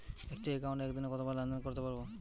একটি একাউন্টে একদিনে কতবার লেনদেন করতে পারব?